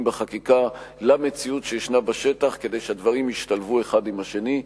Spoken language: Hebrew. בחקיקה למציאות שישנה בשטח כדי שהדברים ישתלבו אחד עם השני.